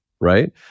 Right